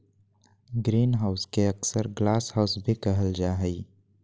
greenhouse के अक्सर glasshouse भी कहल जा हइ